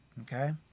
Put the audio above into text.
Okay